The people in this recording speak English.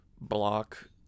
block